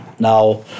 Now